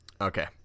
Okay